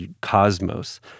cosmos